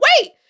wait